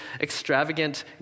extravagant